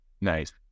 Nice